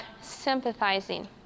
sympathizing